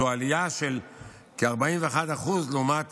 זו עלייה של כ-41% לעומת